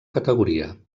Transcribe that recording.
categoria